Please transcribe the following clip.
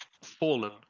fallen